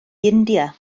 india